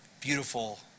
beautiful